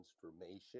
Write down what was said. transformation